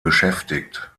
beschäftigt